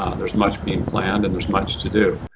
ah there's much being planned and there's much to do.